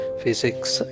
physics